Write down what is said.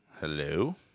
Hello